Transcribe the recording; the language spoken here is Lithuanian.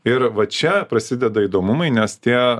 ir va čia prasideda įdomumai nes tie